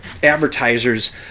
advertisers